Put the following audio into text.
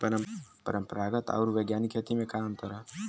परंपरागत आऊर वैज्ञानिक खेती में का अंतर ह?